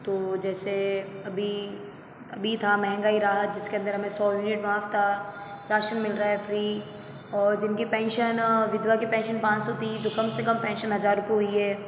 तो जैसे अभी अभी था महंगाई रहा जिसके अंदर हमे सौ यूनिट माफ था राशन मिल रहा है फ्री और जिनकी पेंशन विधवा की पेंशन पाँच सौ तीस कम से कम पेंशन हजार रुपए हुई है